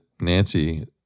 Nancy